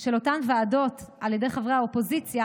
של אותן ועדות על ידי חברי האופוזיציה,